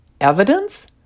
Evidence